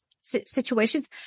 situations